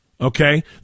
Okay